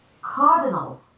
cardinals